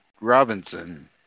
Robinson